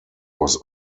was